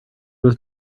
was